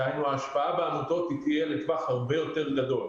דהיינו ההשפעה בעמותות תהיה לטווח הרבה יותר גדול.